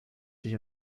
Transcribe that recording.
sich